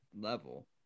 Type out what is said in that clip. level